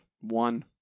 one